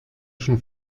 schon